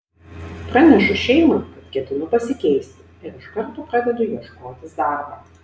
pranešu šeimai kad ketinu pasikeisti ir iš karto pradedu ieškotis darbo